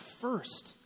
first